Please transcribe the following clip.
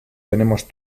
tenemos